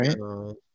right